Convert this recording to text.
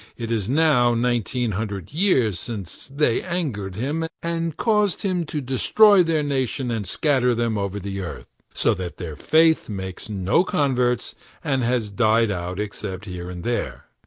it is now nineteen hundred years since they angered him, and caused him to destroy their nation and scatter them over the earth, so that their faith makes no converts and has died out except here and there.